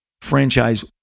franchise